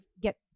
get